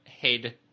head